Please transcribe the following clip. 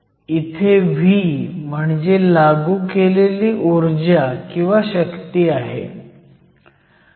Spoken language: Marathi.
इथे V म्हणजे लागू केलेली ऊर्जाशक्ती आहे